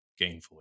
gainfully